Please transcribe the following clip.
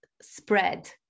spread